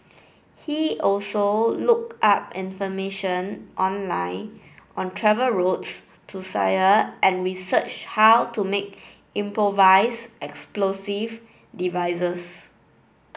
he also look up information online on travel routes to Syria and researched how to make improvise explosive devices